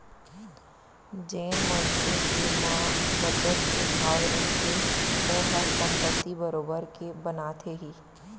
जेन मनसे के म बचत के भाव रहिथे ओहा संपत्ति बरोबर के बनाथे ही